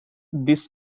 this